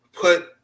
put